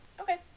Okay